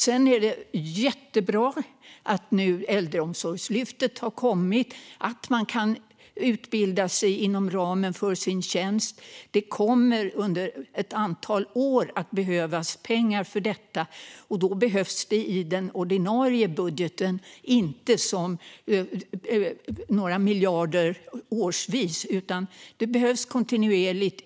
Sedan är det jättebra att Äldreomsorgslyftet nu har kommit, så att man kan utbilda sig inom ramen för sin tjänst. Det kommer under ett antal år att behövas pengar för detta, inte några miljarder årsvis utan kontinuerligt i den ordinarie budgeten.